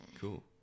cool